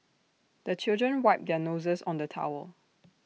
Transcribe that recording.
the children wipe their noses on the towel